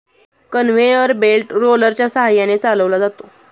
conveyor belt रोलरच्या सहाय्याने चालवला जातो